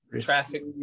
traffic